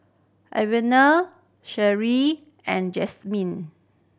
Ivana and Jazmine